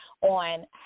on